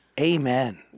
amen